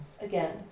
again